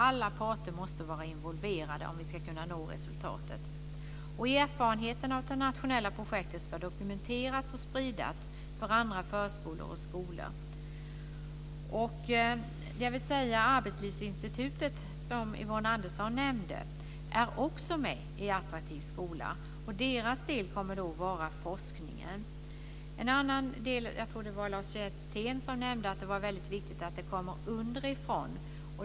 Alla parter måste alltså vara involverade om vi ska kunna nå resultat. Erfarenheterna av det nationella projektet ska dokumenteras och spridas till andra förskolor och skolor. Arbetslivsinstitutet, som Yvonne Andersson nämnde, är också med i projektet Attraktiv skola, och dess roll kommer att vara forskning. Jag tror att det var Lars Hjertén som nämnde att det var väldigt viktigt att det kommer impulser underifrån.